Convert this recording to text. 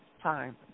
time